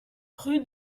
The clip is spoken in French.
rue